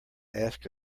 ask